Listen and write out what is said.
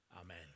Amen